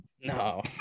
No